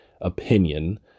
opinion